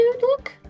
look